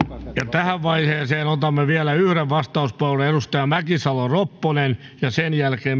tähän vaiheeseen otamme vielä yhden vastauspuheenvuoron edustaja mäkisalo ropponen ja sen jälkeen